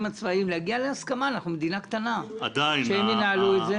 הפקחים הצבאיים ולהגיע להסכמה אנחנו מדינה קטנה שהם ינהלו את זה?